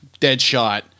Deadshot